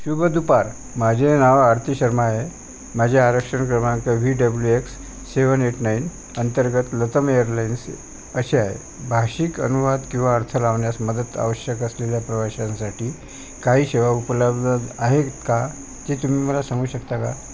शुभ दुपार माझे नाव आरती शर्मा आहे माझे आरक्षण क्रमांक V W X seven eight nine अंतर्गत लतम एअरलाईन्स असे आहे भाषिक अनुवाद किंवा अर्थ लावण्यास मदत आवश्यक असलेल्या प्रवाशांसाठी काही सेवा उपलब्ध आहेत का ते तुम्ही मला सांगू शकता का